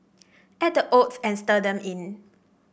add the oats and stir them in